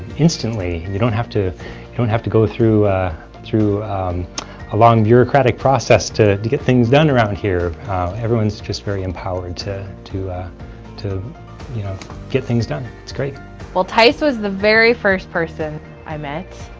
instantly you don't have to don't have to go through through a long bureaucratic process to to get things done around here everyone's just very empowered to to to you know get things done it's great well theis was the very first person i met